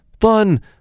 fun